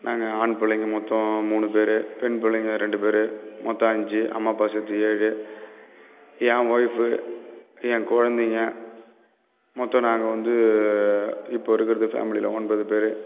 நாங்கள் ஆண் பிள்ளைங்க மொத்தம் மூணு பேர் பெண் பிள்ளைங்க ரெண்டு பேர் மொத்தம் அஞ்சு அம்மா அப்பாவை சேர்த்து ஏழு என் ஒய்ஃப்பு என் குழந்தைங்க மொத்தம் நாங்கள் வந்து இப்போது இருக்கிறது ஃபேமிலியில் ஒன்பது பேர்